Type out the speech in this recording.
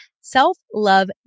self-love